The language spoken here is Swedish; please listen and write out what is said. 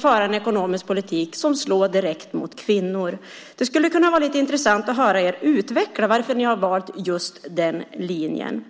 föra en ekonomisk politik som slår direkt mot kvinnor. Det skulle vara lite intressant att höra er utveckla varför ni har valt just den linjen.